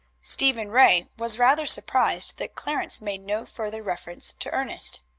stephen ray was rather surprised that clarence made no further reference to ernest.